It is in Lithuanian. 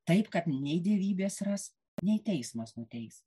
taip kad nei dievybės ras nei teismas nuteis